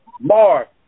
Mark